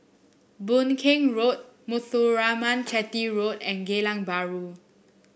Boon Keng Road Muthuraman Chetty Road and Geylang Bahru